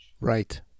Right